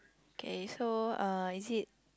K so uh is it